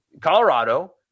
Colorado